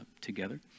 together